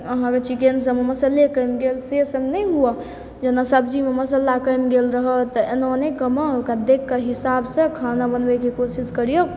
अहाँके चिकेन सबमे सबमे मसल्ले कमि गेल से सब नहि होइ जेना सब्जीमे मसल्ला कमि गेल रहऽ तऽ एना नहि कमाओ हुनका देखके हिसाबसँ खाना बनबैके कोशिश करियौ